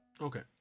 okay